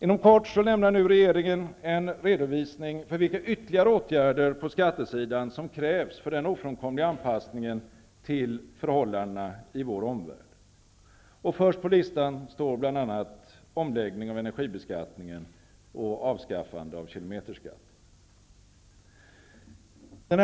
Inom kort lämnar regeringen en redovisning för vilka ytterligare åtgärder på skattesidan som krävs för den ofrånkomliga anpassningen till förhållandena i vår omvärld. Först på listan står bl.a. omläggning av energibeskattningen och avskaffande av kilometerskatten.